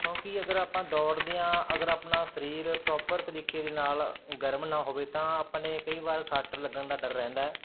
ਤਾਂ ਉਹ ਕੀ ਅਗਰ ਆਪਾਂ ਦੌੜਦੇ ਹਾਂ ਅਗਰ ਆਪਣਾ ਸਰੀਰ ਪ੍ਰੋਪਰ ਤਰੀਕੇ ਦੇ ਨਾਲ ਗਰਮ ਨਾ ਹੋਵੇ ਤਾਂ ਆਪਣੇ ਕਈ ਵਾਰ ਸੱਟ ਲੱਗਣ ਦਾ ਡਰ ਰਹਿੰਦਾ ਹੈ